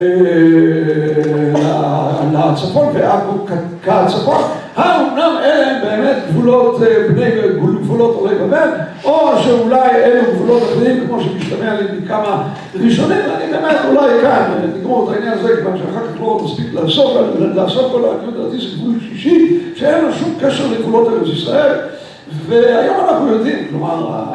‫לצפון ועכו כצפון, ‫האמנם אלה באמת גבולות ‫בנגד גבולות עולמי במד ‫או שאולי אלה גבולות אחרים, ‫כמו שמשתמע לי בכמה ראשונים, ‫אני באמת אולי כאן נגמור את העניין הזה, ‫כיוון שאחר כך לא מספיק לעסוק, ‫לעסוק